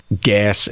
gas